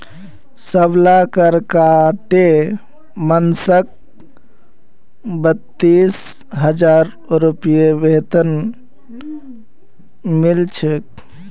सबला कर काटे मानसक बत्तीस हजार रूपए वेतन मिल छेक